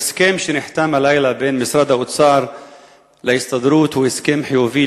ההסכם שנחתם הלילה בין משרד האוצר להסתדרות הוא הסכם חיובי,